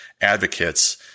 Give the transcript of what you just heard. advocates